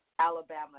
Alabama